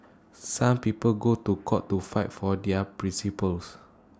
some people go to court to fight for their principles